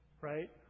right